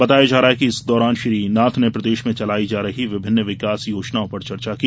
बताया जा रहा है इस दौरान श्री नाथ ने प्रदेश में चलाई जा रही विभिन्न विकास योजनाओं पर चर्चा की